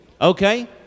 Okay